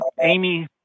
Amy